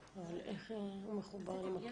אדם עם מוגבלות,